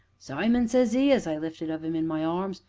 simon, says he, as i lifted of im in my arms,